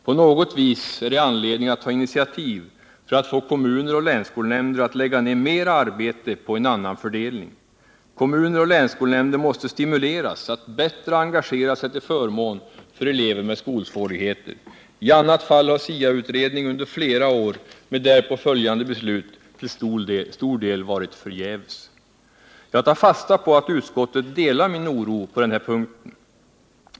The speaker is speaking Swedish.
På något vis är det anledning att ta initiativ för att få kommuner och länsskolnämnder att lägga ned mera arbete på en annan fördelning. Kommuner och länsskolnämnder måste stimuleras att bättre engagera sig till förmån för elever med skolsvårigheter. I annat fall har SIA-utredning under flera år med därpå följande beslut till stor del varit förgäves. Jag tar fasta på att utskottet delar min oro på denna punkt.